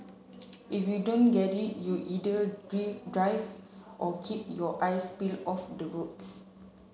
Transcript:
if you don't get it you either drive or keep your eyes peel off the roads